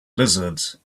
lizards